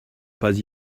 pas